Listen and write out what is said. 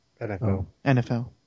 NFL